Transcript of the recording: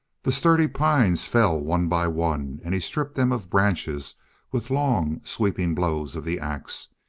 the sturdy pines fell one by one, and he stripped them of branches with long, sweeping blows of the ax,